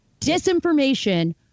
disinformation